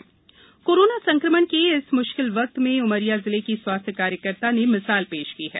ANM अच्छी खबर corona संक्रमण के इस म्श्किल वक्त में उमरिया जिले की स्वास्थ कार्यकर्ता ने मिसाल पेश की है